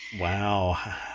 wow